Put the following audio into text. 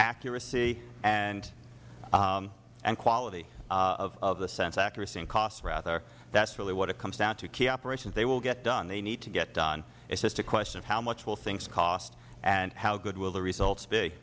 accuracy and quality of the census accuracy and cost rather that is really what it comes down to key operations they will get done they need to get done it is just a question of how much will things cost and how good will the results be